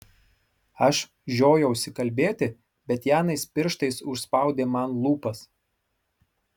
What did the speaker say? aš žiojausi kalbėti bet janas pirštais užspaudė man lūpas